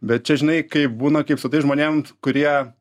bet čia žinai kaip būna kaip su tais žmonėm kurie